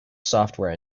software